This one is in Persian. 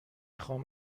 خوام